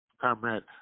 Comrade